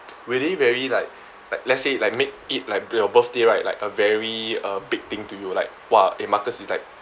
really very like like let's say like make it like your birthday right like a very uh big thing to you like !wah! eh marcus is like